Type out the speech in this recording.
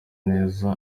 neza